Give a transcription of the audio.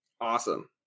Awesome